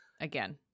again